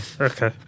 Okay